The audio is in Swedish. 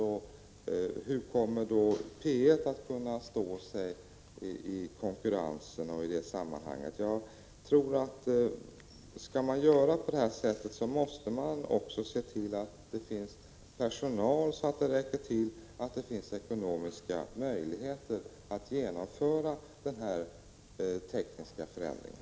Och hur kommer då P 1 att kunna stå sig i konkurrensen? Jag tror att om man skall göra på det sättet måste man också se till att det finns personal så att det räcker till, att det finns ekonomiska möjligheter att genomföra den här tekniska förändringen.